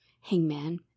Hangman